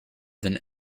than